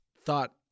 thought